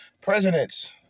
Presidents